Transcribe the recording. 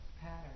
pattern